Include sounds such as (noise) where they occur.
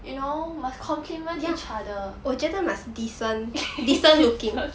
you know must compliment each other (laughs)